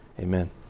Amen